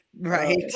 right